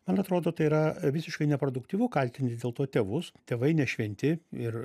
man atrodo tai yra visiškai neproduktyvu kaltinti dėl to tėvus tėvai nešventi ir